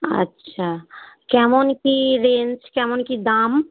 আচ্ছা কেমন কী রেঞ্জ কেমন কী দাম